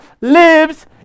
lives